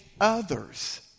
others